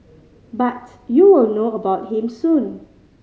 but you will know about him soon